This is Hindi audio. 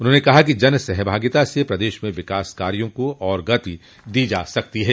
उन्होने कहा कि जन सहभागिता से प्रदेश म विकास कार्यों को और गति दी जा सकती है